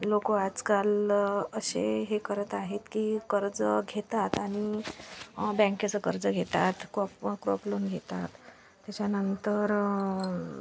लोकं आज काल असे हे करत आहेत की कर्ज घेतात आणि बँकेचं कर्ज घेतात क्रॉ क्रॉप लोन घेतात त्याच्यानंतर